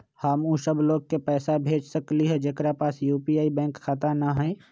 हम उ सब लोग के पैसा भेज सकली ह जेकरा पास यू.पी.आई बैंक खाता न हई?